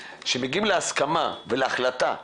והכובע שלי הוא שליח ציבור,